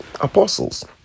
apostles